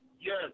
yes